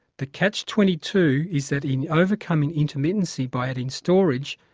the catch twenty two is that in overcoming intermittency by adding storage,